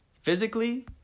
physically